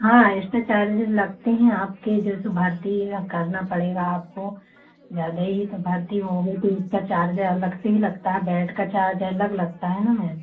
हाँ इसमें चार्जेज़ लगते हैं आपके जैसे भर्ती या करना पड़ेगा आपको ज़्यादा ही तो भर्ती होगे तो इसका चार्ज अलग से ही लगता है बेड का चार्ज अलग लगता है ना मैम